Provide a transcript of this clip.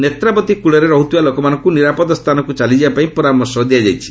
ନେତ୍ରାବତୀ କୂଳରେ ରହୁଥିବା ଲୋକମାନଙ୍କୁ ନିରାପଦ ସ୍ଥାନକୁ ଚାଲିଯିବାପାଇଁ ପରାମର୍ଶ ଦିଆଯାଇଛି